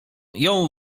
jął